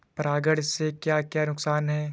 परागण से क्या क्या नुकसान हैं?